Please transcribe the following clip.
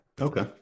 Okay